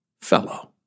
fellow